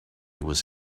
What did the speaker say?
was